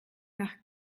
nach